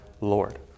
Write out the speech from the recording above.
Lord